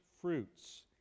fruits